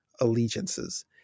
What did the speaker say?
allegiances